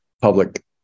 public